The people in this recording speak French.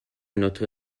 notre